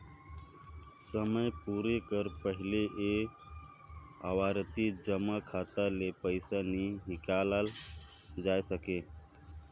समे पुरे कर पहिले ए आवरती जमा खाता ले पइसा नी हिंकालल जाए सके